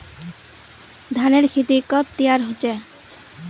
धानेर खेती कब तैयार होचे?